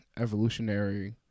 evolutionary